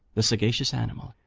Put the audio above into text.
the sagacious animal,